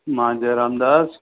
मां जय रामदास